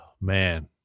man